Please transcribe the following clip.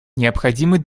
необходимы